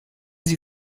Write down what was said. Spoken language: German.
sie